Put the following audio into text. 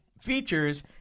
features